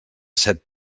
set